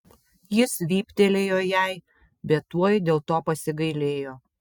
jis vyptelėjo jai bet tuoj dėl to pasigailėjo